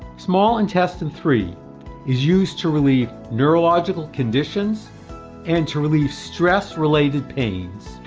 small intestine three is used to relieve neurological conditions and to relieve stress related pains.